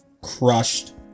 crushed